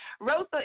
Rosa